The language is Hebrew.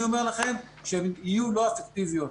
אני אומר לכם שהן יהיו לא אפקטיביות.